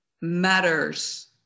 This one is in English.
matters